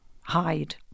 hide